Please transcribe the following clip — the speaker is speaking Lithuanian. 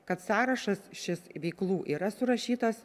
kad sąrašas šis veiklų yra surašytas